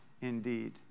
indeed